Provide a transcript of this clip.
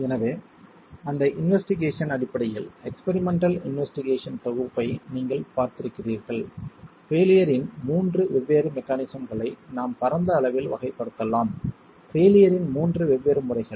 எனவே அந்த இன்வேஸ்டிகேஷன் அடிப்படையில் எக்ஸ்பிரிமெண்டல் இன்வேஸ்டிகேஷன் தொகுப்பை நீங்கள் பார்த்திருக்கிறீர்கள் பெயிலியரின் மூன்று வெவ்வேறு மெக்கானிசம் களை நாம் பரந்த அளவில் வகைப்படுத்தலாம் பெயிலியரின் மூன்று வெவ்வேறு முறைகள்